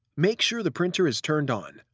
make sure the printer is turned on.